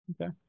Okay